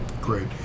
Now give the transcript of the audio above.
Great